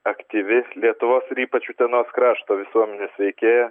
aktyvi lietuvos ir ypač utenos krašto visuomenės veikėja